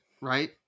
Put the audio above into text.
right